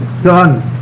son